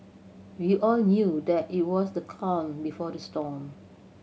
we all knew that it was the calm before the storm